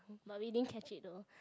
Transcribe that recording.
but we didn't catch it though